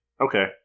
okay